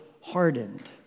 hardened